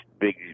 big